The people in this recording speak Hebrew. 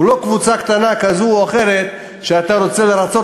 לא קבוצה קטנה כזאת או אחרת שאתה רוצה לרצות,